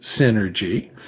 synergy